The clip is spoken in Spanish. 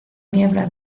niebla